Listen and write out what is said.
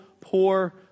poor